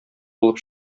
булып